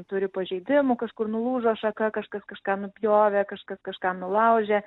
turi pažeidimų kažkur nulūžo šaka kažkas kažką nupjovė kažkas kažką nulaužė